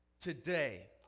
Today